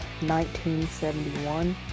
1971